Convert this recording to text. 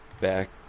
back